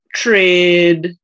trade